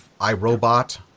iRobot